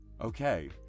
Okay